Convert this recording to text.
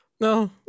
no